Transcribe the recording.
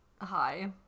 hi